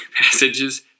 passages